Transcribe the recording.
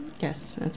Yes